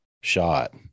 shot